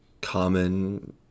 common